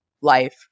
life